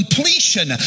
Completion